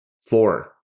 Four